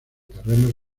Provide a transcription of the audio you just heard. terrenos